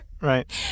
Right